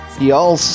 y'all